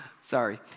Sorry